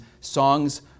songs